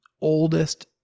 oldest